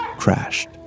crashed